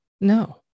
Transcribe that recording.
no